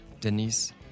Denise